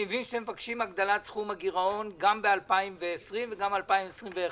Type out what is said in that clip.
אני מבין שאתם מבקשים הגדלת סכום הגירעון גם ב-2020 וגם ב-2021?